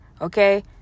okay